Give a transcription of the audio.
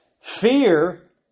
Fear